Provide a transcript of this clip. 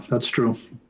that's true.